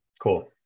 Cool